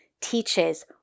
teaches